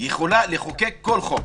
יכולה לחוקק כל חוק.